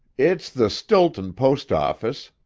it's the stilton post-office,